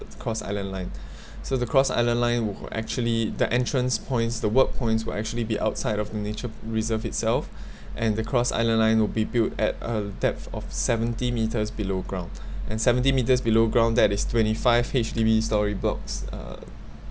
the cross island line so the cross island line would actually the entrance points the work points will actually be outside of the nature reserve itself and the cross island line will be built at a depth of seventy metres below ground and seventy metres below ground and that is twenty five H_D_B storey blocks uh